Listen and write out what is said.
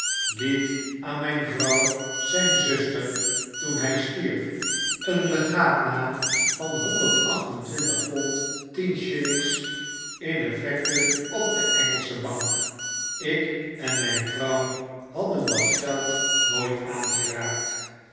liet aan myn vrouw zyn zuster toen hy stierf een legaat na van honderd acht en twintig pond tien shillings in effecten op de engelsche bank ik en mp vrouw hadden dat geld nooit aangeraakt